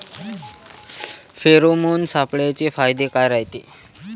Pheromone सापळ्याचे फायदे काय रायते?